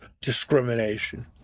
discrimination